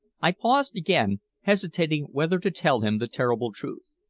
i paused again, hesitating whether to tell him the terrible truth.